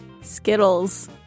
Skittles